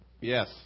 yes